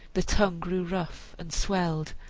the tongue grew rough and swelled,